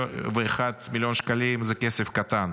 151 מיליון שקלים זה כסף קטן,